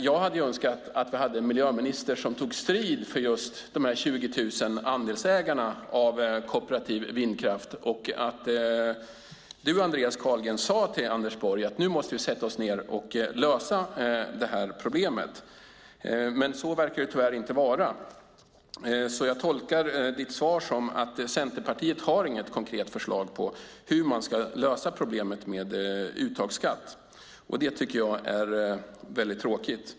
Jag hade önskat att vi hade en miljöminister som tog strid för just de 20 000 andelsägarna av kooperativ vindkraft och att Andreas Carlgren sade till Anders Borg att de måste sätta sig ned och lösa det här problemet. Men så verkar det tyvärr inte vara. Jag tolkar ditt svar som att Centerpartiet inte har något konkret förslag på hur man ska lösa problemet med uttagsskatt, och jag tycker att det är väldigt tråkigt.